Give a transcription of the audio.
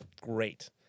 Great